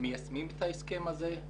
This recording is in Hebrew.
מיישמים הסכם זה?